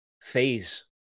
phase